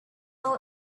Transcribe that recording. well